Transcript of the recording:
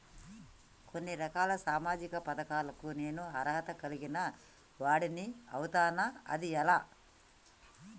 కొన్ని రకాల సామాజిక పథకాలకు నేను అర్హత కలిగిన వాడిని అవుతానా? అది ఎలా?